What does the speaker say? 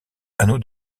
anneaux